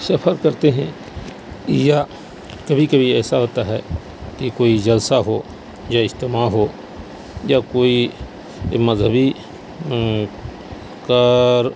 سفر کرتے ہیں یا کبھی کبھی ایسا ہوتا ہے کہ کوئی جلسہ ہو یا اجتماع ہو یا کوئی مذہبی کار